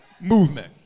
movement